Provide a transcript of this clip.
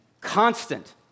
Constant